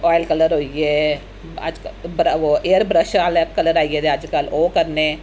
oil colour होई गे अजकल्ल ऐयर ब्रश आह्ले कलर आई गेदे अजकल्ल ओह् करने